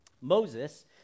Moses